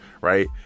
Right